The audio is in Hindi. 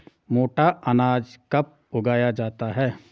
मोटा अनाज कब उगाया जाता है?